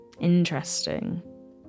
Interesting